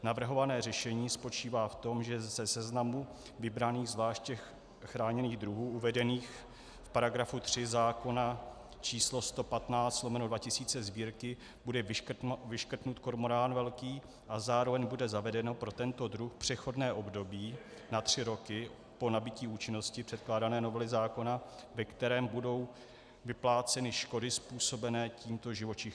Navrhované řešení spočívá v tom, že ze seznamu vybraných zvláště chráněných druhů uvedených v § 3 zákona číslo 115/2000 Sb. bude vyškrtnut kormorán velký a zároveň bude zavedeno pro tento druh přechodné období na tři roky po nabytí účinnosti předkládané novely zákona, ve kterém budou vypláceny škody způsobené tímto živočichem.